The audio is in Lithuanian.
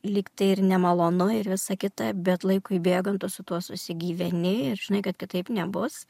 lygtai ir nemalonu ir visa kita bet laikui bėgant su tuo susigyveni ir žinai kad kitaip nebus